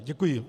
Děkuji.